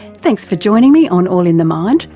thanks for joining me on all in the mind,